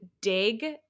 dig